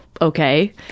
okay